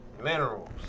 Minerals